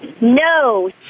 No